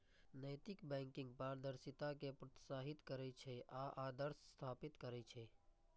नैतिक बैंकिंग पारदर्शिता कें प्रोत्साहित करै छै आ आदर्श स्थापित करै छै